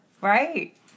right